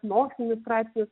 mokslinius straipsnius